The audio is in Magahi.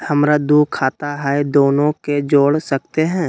हमरा दू खाता हय, दोनो के जोड़ सकते है?